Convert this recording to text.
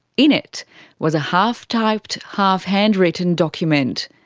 in it was a half-typed, half-handwritten document.